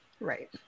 Right